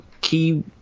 key